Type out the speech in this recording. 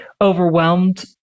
overwhelmed